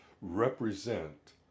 represent